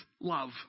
love